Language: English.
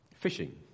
fishing